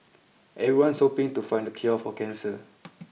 Everyone's hoping to find the cure for cancer